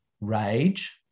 rage